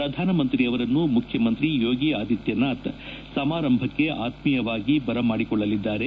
ಪ್ರಧಾನಮಂತ್ರಿ ಅವರನ್ನು ಮುಖ್ಯಮಂತ್ರಿ ಯೋಗಿ ಆದಿತ್ಯನಾಥ್ ಸಮಾರಂಭಕ್ಷೆ ಆತ್ಯೀಯವಾಗಿ ಬರಮಾಡಿಕೊಳ್ಳಲಿದ್ದಾರೆ